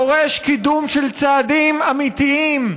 דורש קידום של צעדים אמיתיים,